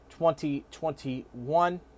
2021